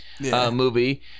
movie